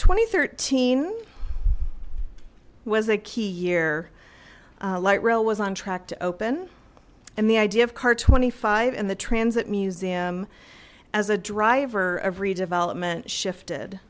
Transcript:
twenty thirteen was a key year light rail was on track to open and the idea of car twenty five and the transit museum as a driver of redevelopment shifted